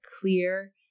clear